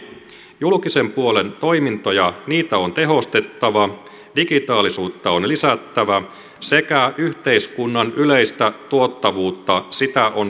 julkisen puolen toimintoja on tehostettava digitaalisuutta on lisättävä sekä yhteiskunnan yleistä tuottavuutta kasvatettava